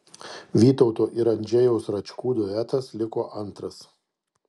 vytauto ir andžejaus račkų duetas liko antras